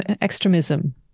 extremism